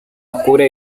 oscura